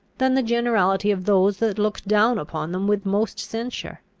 than the generality of those that look down upon them with most censure.